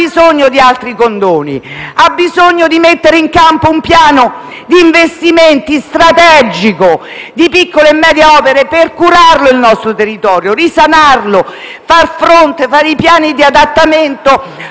ha bisogno di altri condoni. Occorre mettere in campo un piano di investimenti strategico, di piccole e medie opere, per curare il nostro territorio e risanarlo e realizzare i piani di adattamento